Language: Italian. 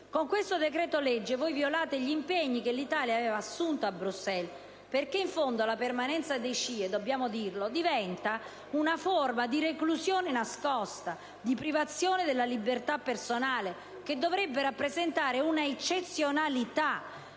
Con il decreto-legge in esame violate gli impegni che l'Italia aveva assunto a Bruxelles, perché in fondo la permanenza nei CIE - dobbiamo dirlo - diventa una forma di reclusione nascosta e di privazione della libertà personale che dovrebbe rappresentare una eccezionalità.